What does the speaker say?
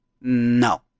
No